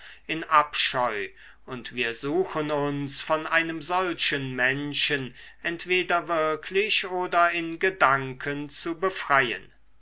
in abscheu und wir suchen uns von einem solchen menschen entweder wirklich oder in gedanken zu befreien